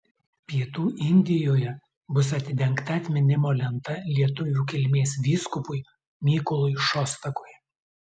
pietų indijoje bus atidengta atminimo lenta lietuvių kilmės vyskupui mykolui šostakui